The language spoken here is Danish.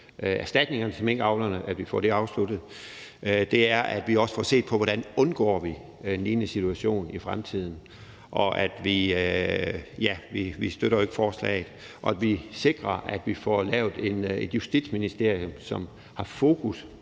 erstatningerne til minkavlerne og får det afsluttet, dels at vi også får set på, hvordan vi undgår en lignende situation i fremtiden. Vi støtter jo ikke forslaget, men vi skal sikre, at vi får lavet et justitsministerium, som har fokus